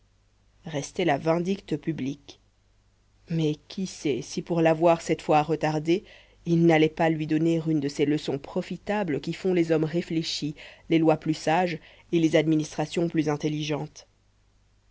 restait la vindicte publique mais qui sait si pour l'avoir cette fois retardée il n'allait pas lui donner une de ces leçons profitables qui font les hommes réfléchis les lois plus sages et les administrations plus intelligentes